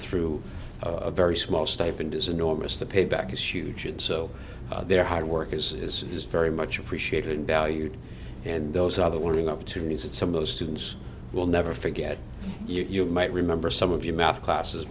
through a very small stipend is enormous the payback is huge and so their hard work is very much appreciated and valued and those other warning opportunities that some of those students will never forget you might remember some of your math classes